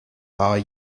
are